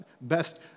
best